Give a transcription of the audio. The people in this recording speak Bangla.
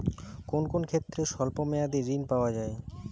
কোন কোন ক্ষেত্রে স্বল্প মেয়াদি ঋণ পাওয়া যায়?